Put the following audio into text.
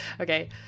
Okay